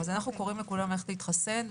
אנחנו קוראים לכולם ללכת להתחסן.